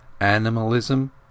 animalism